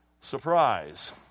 Surprise